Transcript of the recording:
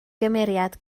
gymeriad